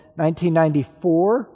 1994